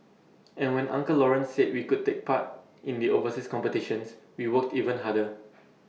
and when uncle Lawrence said we could take part in the overseas competitions we worked even harder